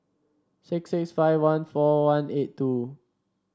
six six five one four one eight two